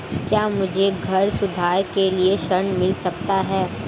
क्या मुझे घर सुधार के लिए ऋण मिल सकता है?